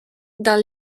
dans